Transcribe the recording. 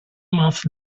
month